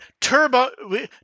turbo